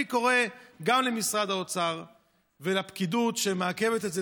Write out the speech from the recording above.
אני קורא למשרד האוצר ולפקידות שמעכבת את זה,